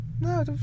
No